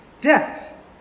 death